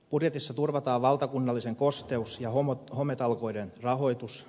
budjetissa turvataan valtakunnallisen kosteus ja hometalkoiden rahoitus